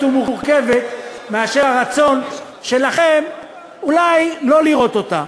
ומורכבת מאשר הרצון שלכם אולי לא לראות אותה.